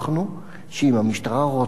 שאם המשטרה רוצה באמת,